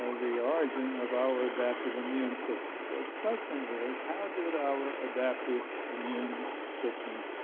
ah the origin of our adaptive immune system, so the question is how did our adaptive immune system